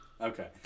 okay